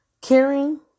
caring